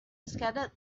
scattered